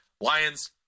Lions